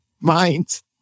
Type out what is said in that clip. Minds